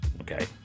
Okay